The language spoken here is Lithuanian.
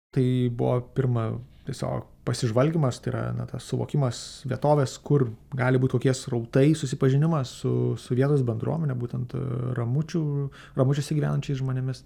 tai buvo pirma tiesiog pasižvalgymas tai yra na tas suvokimas vietovės kur gali būt kokie srautai susipažinimas su su vietos bendruomene būtent ramučių ramučiuose gyvenančiais žmonėmis